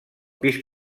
pis